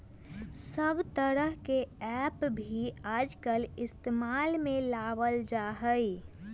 सब तरह के ऐप भी आजकल इस्तेमाल में लावल जाहई